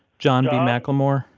john b. mclemore.